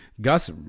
Gus